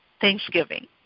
Thanksgiving